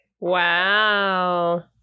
Wow